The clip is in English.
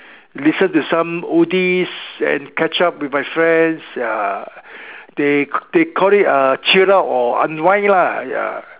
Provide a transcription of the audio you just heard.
listen to some oldies and catch up with my friends ya they they call it uh chill out or unwind lah ya